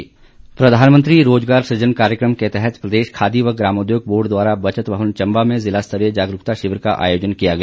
प्रधानमंत्री रोजगार सुजन प्रधानमंत्री रोजगार सुजन कार्यक्रम के तहत प्रदेश खादी व ग्रामोद्योग बोर्ड द्वारा बचत भवन चंबा में जिला स्तरीय जागरूकता शिविर का आयोजन किया गया